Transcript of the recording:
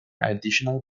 additional